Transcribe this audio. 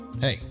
Hey